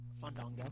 Fandango